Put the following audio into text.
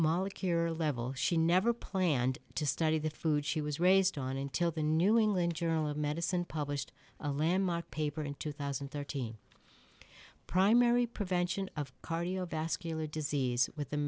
your level she never planned to study the food she was raised on until the new england journal of medicine published a landmark paper in two thousand and thirteen primary prevention of cardiovascular disease with the